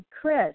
Chris